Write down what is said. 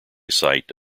site